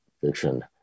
fiction